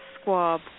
squab